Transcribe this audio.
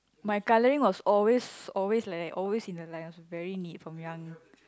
my colouring was always always like that always in the line I was very neat from young